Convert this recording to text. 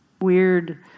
weird